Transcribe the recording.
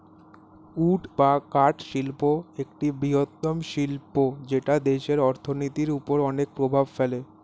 would বা কাঠ শিল্প একটি বৃহত্তম শিল্প যেটা দেশের অর্থনীতির ওপর অনেক প্রভাব ফেলে